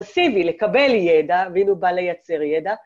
פסיבי, לקבל ידע, והנה הוא בא לייצר ידע.